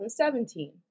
2017